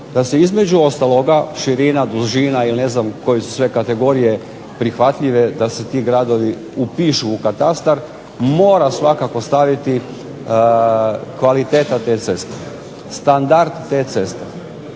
da se između ostaloga širina, dužina i ne znam koje su sve kategorije prihvatljive da se ti gradovi upišu katastar, mora svakako staviti kvaliteta te ceste, standard te ceste.